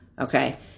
okay